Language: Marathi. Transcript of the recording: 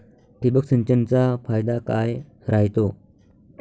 ठिबक सिंचनचा फायदा काय राह्यतो?